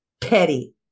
petty